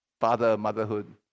father-motherhood